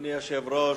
אדוני היושב-ראש,